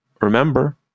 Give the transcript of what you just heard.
remember